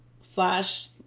slash